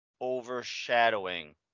overshadowing